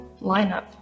lineup